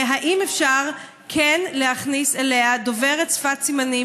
האם אפשר כן להכניס אליה דוברת שפת סימנים